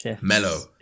mellow